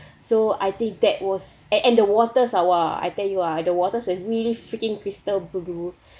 so I think that was and and the waters ah !wah! I tell you ah the waters i really freaking crystal blue